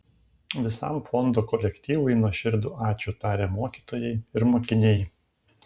visam fondo kolektyvui nuoširdų ačiū taria mokytojai ir mokiniai